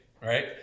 right